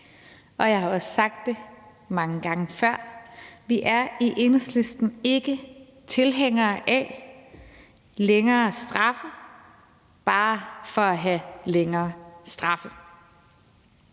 og jeg har også sagt det mange gange før: Vi er i Enhedslisten ikke tilhængere af længere straffe bare for at have længere straffe.